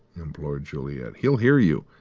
implored juliet. he'll hear you.